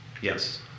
Yes